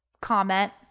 comment